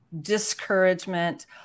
discouragement